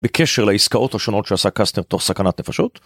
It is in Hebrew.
בקשר לעסקאות השונות שעשה קסטנר תוך סכנת נפשות.